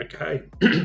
Okay